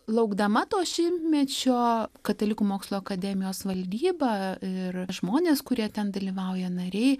laukdama to šimtmečio katalikų mokslo akademijos valdyba ir žmonės kurie ten dalyvauja nariai